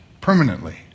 permanently